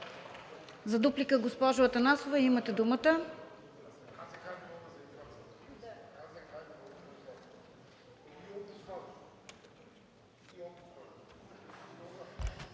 За дуплика? Госпожо Атанасова, имате думата.